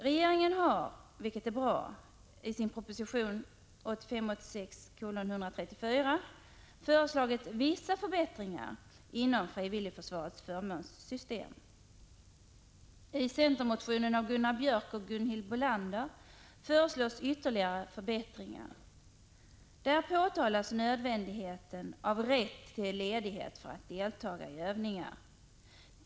Regeringen har, vilket är bra, i sin proposition 1985/86:134 föreslagit vissa förbättringar inom frivilligförsvarets förmånssystem. I centermotionen av Gunnar Björk i Gävle och Gunhild Bolander föreslås ytterligar förbättringar. Där poängteras nödvändigheten av rätt till ledighet för att deltaga i övningar.